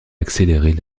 accélérer